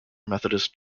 methodist